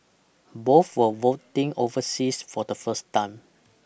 both were voting overseas for the first time